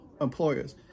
employers